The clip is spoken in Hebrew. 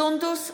סונדוס סאלח,